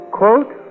quote